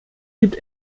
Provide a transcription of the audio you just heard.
gibt